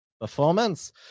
performance